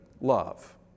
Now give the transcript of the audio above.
love